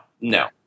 no